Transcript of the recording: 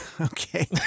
Okay